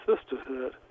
sisterhood